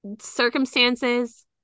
Circumstances